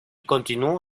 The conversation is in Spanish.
continuó